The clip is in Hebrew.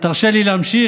אז תרשה לי להמשיך,